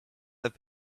have